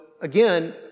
again